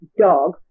dog